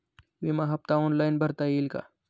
विमा हफ्ता ऑनलाईन भरता येईल का?